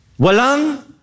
Walang